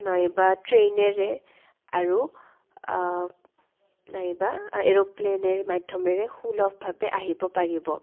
নাইবা ট্ৰেইনেৰে আৰু নাইবা এৰ'প্লেনেৰ মাধ্যমেৰে সুলভভাৱে আহিব পাৰিব